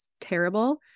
terrible